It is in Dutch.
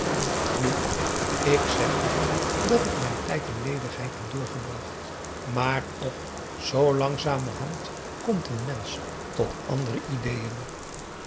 nu ik zeg niet dat ik mijn tijd in ledigheid heb doorgebracht maar och zoo langzamerhand komt n mensch tot andere ideeën